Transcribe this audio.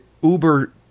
Uber